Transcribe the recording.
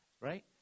Right